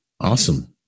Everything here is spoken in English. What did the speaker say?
Awesome